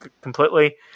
completely